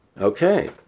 okay